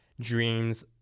dreams